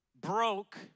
broke